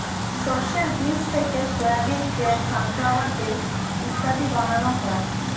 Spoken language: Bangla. শস্যের বীজ থেকে সোয়াবিন তেল, সানফ্লাওয়ার তেল ইত্যাদি বানানো হয়